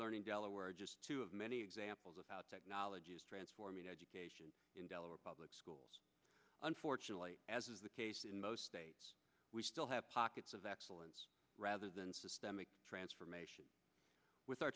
learning delaware just two of many examples of how technology is transforming education in public schools unfortunately as is the case in most states we still have pockets of excellence rather than systemic transformation with our